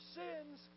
sins